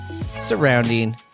surrounding